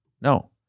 No